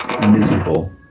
miserable